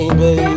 baby